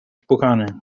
spłukany